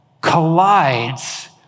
collides